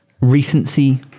recency